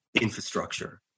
infrastructure